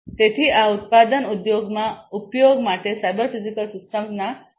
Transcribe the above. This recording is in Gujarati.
તેથી આ ઉત્પાદન ઉદ્યોગમાં ઉપયોગ માટે સાયબર ફિઝિકલ સિસ્ટમ્સના ઉદાહરણો હશે